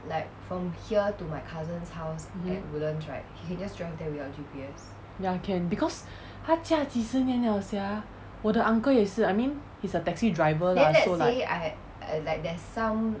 mmhmm ya can because 他驾几十年 liao sia 我的 uncle 也是 I mean he's a taxi driver lah so like